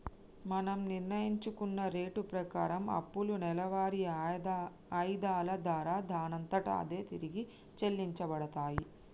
మనం నిర్ణయించుకున్న రేటు ప్రకారం అప్పులు నెలవారి ఆయిధాల దారా దానంతట అదే తిరిగి చెల్లించబడతాయి